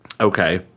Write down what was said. okay